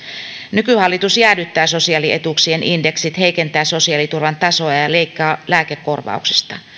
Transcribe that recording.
nykyhallitus jäädyttää sosiaalietuuksien indeksit heikentää sosiaaliturvan tasoa ja ja leikkaa lääkekor vauksista